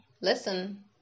Listen